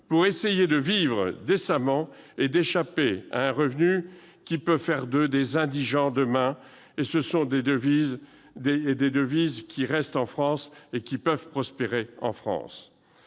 pour essayer de vivre décemment et échapper à un revenu qui peut faire d'eux des indigents. En outre, ce sont des ressources qui restent en France et peuvent prospérer. Les